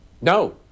No